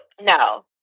No